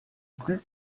plus